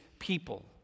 people